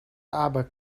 aber